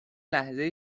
لحظه